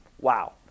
wow